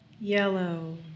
yellow